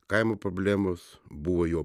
kaimo problemos buvo jo